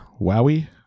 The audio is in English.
Wowie